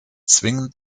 zwingend